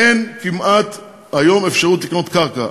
אין כמעט אפשרות היום לקנות קרקע,